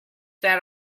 that